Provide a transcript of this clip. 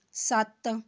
ਸੱਤ